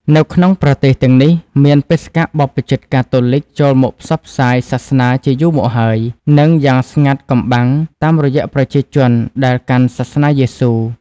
នៅក្នុង ប្រទេសទាំងនេះមានបេសកបព្វជិតកាតូលិចចូលមកផ្សព្វ ផ្សាយសាសនាជាយូរមកហើយ និងយ៉ាងស្ងាត់កំបាំងតាម រយៈប្រជាជនដែលកាន់សាសនាយេស៊ូ។